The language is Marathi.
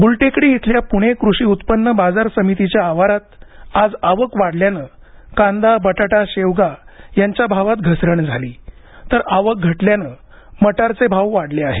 गुलटेकडी इथल्या पुणे कृषी उत्पन्न बाजार समितीच्या आवारात आज आवक वाढल्याने कांदा बटाटा शेवगा यांच्या भावात घसरण झाली तर आवक घटल्याने मटारचे भाव वाढले आहेत